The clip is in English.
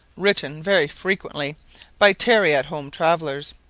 written very frequently by tarry-at home travellers.